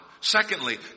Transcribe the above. Secondly